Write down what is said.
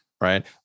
right